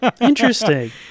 Interesting